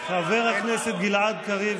חבר הכנסת גלעד קריב,